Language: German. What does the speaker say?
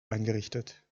eingerichtet